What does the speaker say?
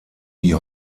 die